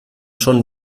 schon